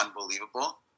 unbelievable